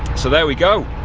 so there we go.